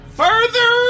further